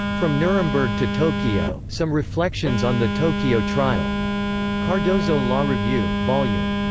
from nuremberg to tokyo some reflections on the tokyo trial cardozo law review, vol. yeah um